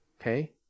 okay